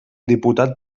diputat